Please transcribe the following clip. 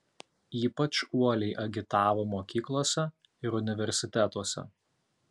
ypač uoliai agitavo mokyklose ir universitetuose